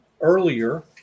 earlier